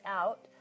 out